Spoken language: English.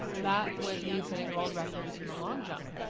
that was me setting a world record in the long jump.